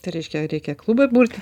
tai reiškia reikia klubą burti